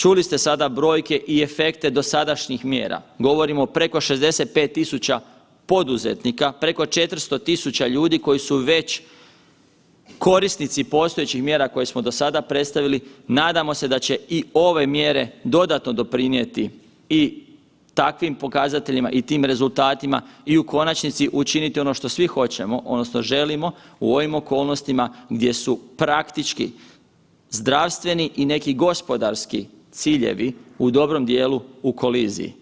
Čuli ste sada brojke i efekte dosadašnjih mjera, govorimo o preko 65.000 poduzetnika, preko 400.000 ljudi koji su već korisnici postojećih mjera koje smo do sada predstavili, nadamo se da će i ove mjere dodatno doprinijeti i takvim pokazateljima i tim rezultatima i u konačnici učiniti ono što svi hoćemo odnosno želimo u ovim okolnostima gdje su praktički zdravstveni i neki gospodarski ciljevi u dobrom dijelu u koliziji.